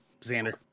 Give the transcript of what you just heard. Xander